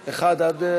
על חוק